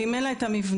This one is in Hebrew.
אם אין לה את המבנה,